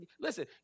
listen